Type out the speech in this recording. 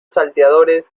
salteadores